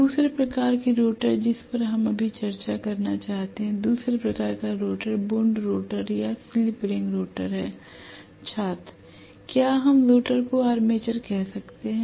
दूसरे प्रकार के रोटर जिस पर हम अभी चर्चा करना चाहते हैं दूसरे प्रकार का रोटर वून्ड रोटर या स्लिप रिंग रोटर है l छात्र क्या हम रोटर को आर्मेचर कह सकते हैं